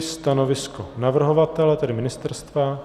Stanovisko navrhovatele, tedy ministerstva?